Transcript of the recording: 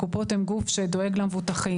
הקופות הן גוף שדואג למבוטחים.